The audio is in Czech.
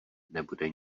nebude